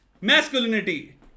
masculinity